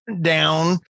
down